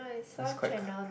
that's quite